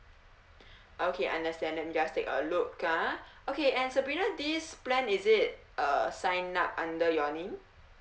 okay understand let me just take a look ah okay and sabrina this plan is it uh sign up under your name